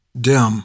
dim